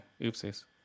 Oopsies